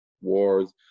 wars